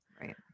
Right